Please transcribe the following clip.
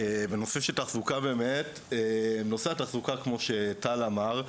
נושא התחזוקה, כמו שטל אמר,